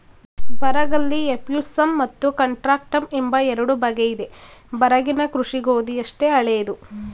ಬರಗಲ್ಲಿ ಎಫ್ಯೂಸಮ್ ಮತ್ತು ಕಾಂಟ್ರಾಕ್ಟಮ್ ಎಂಬ ಎರಡು ಬಗೆಯಿದೆ ಬರಗಿನ ಕೃಷಿ ಗೋಧಿಯಷ್ಟೇ ಹಳೇದು